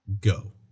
go